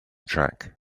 track